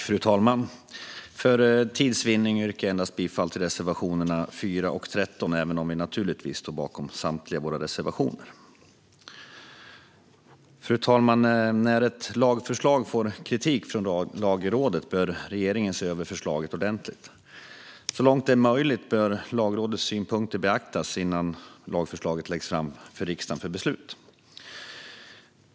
Fru talman! För tids vinnande yrkar jag bifall endast till reservationerna 4 och 13, även om vi naturligtvis står bakom samtliga våra reservationer. Fru talman! När ett lagförslag får kritik från Lagrådet bör regeringen se över förslaget ordentligt. Så långt det är möjligt bör Lagrådets synpunkter beaktas innan lagförslaget läggs fram för riksdagen för beslut.